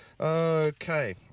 Okay